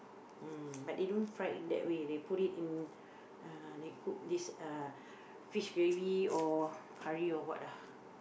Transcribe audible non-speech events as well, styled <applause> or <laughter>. <noise> but they don't fried that way they put it in (uh)they cook this uh fish gravy or curry or what ah